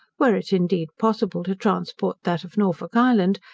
were it indeed possible to transport that of norfolk island,